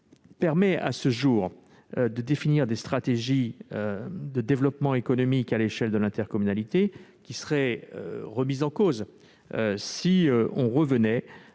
permettent aujourd'hui de définir des stratégies de développement économique à l'échelon de l'intercommunalité qui seraient remises en cause si l'on en revenait